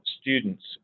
students